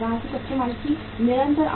कच्चे माल की निरंतर आपूर्ति